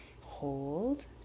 Hold